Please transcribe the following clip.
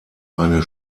eine